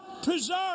preserve